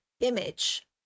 image